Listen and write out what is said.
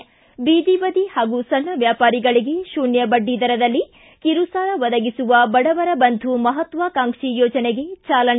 ಿ ಬೀದಿ ಬದಿ ಹಾಗೂ ಸಣ್ಣ ವ್ಯಾಪಾರಿಗಳಿಗೆ ಶೂನ್ಯ ಬಡ್ಡಿದರದಲ್ಲಿ ಕಿರುಸಾಲ ಒದಗಿಸುವ ಬಡವರ ಬಂಧು ಮಹತ್ವಾಕಾಂಕ್ಷಿ ಯೋಜನೆಗೆ ಚಾಲನೆ